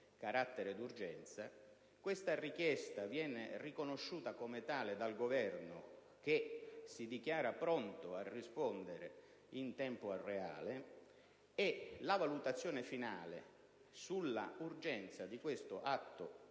carattere d'urgenza. Tale richiesta viene riconosciuta come tale dal Governo, che si dichiara pronto a rispondere in tempo reale; la valutazione finale sull'urgenza di questo atto